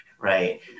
Right